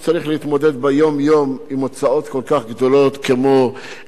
הוא צריך להתמודד ביום-יום עם הוצאות כל כך גדולות על "מטרנה",